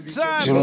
time